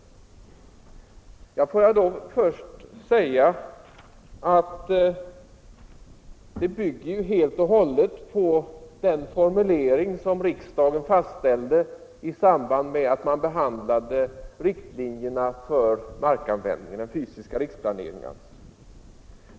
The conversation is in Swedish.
Får jag då först statsrådens säga att den bygger helt och hållet på den formulering som riksdagen tjänsteutövning fastställde i samband med att man behandlade riktlinjerna för mark = m.m. användningen, alltså den fysiska riksplaneringen.